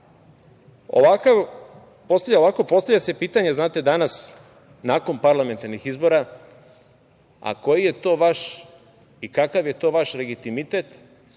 se postavlja pitanje danas nakon parlamentarnih izbora – koji je to vaš i kakav je to vaš legitimitet